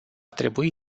trebui